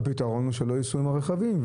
הפתרון הוא שלא ייסעו עם הרכבים,